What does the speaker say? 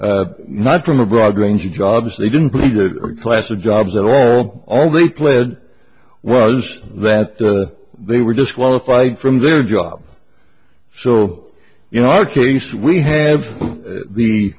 not from a broad range of jobs they didn't play the class of jobs at all all they pled was that they were disqualified from their job so you know our case we have the